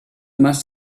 must